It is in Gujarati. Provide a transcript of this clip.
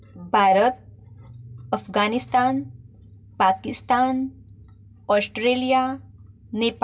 ભારત અફઘાનિસ્તાન પાકિસ્તાન ઓસ્ટ્રેલિયા નેપાળ